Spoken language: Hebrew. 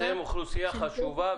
אתם אוכלוסייה חשובה,